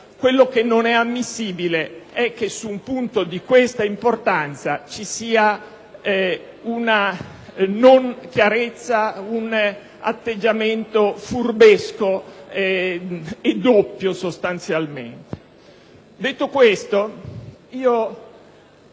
Quello che non è ammissibile è che su un punto di questa importanza ci sia un grave difetto di chiarezza, un atteggiamento furbesco e doppio. Detto questo, io